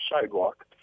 sidewalk